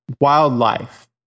wildlife